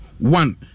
One